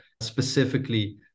specifically